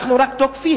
אנחנו רק תוקפים.